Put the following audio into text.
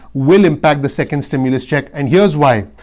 will impact the second stimulus check. and here's why.